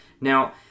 Now